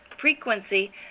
frequency